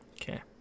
Okay